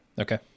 Okay